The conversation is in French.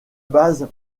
base